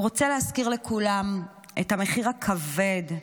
הוא רוצה להזכיר לכולם את המחיר הכבד,